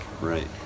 Right